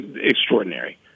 extraordinary